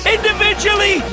Individually